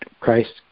christ